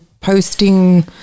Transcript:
posting